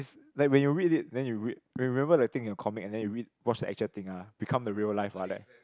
is like when you read it then you read when remember the thing in your comic and then you read watch the actual thing ah become the real life all that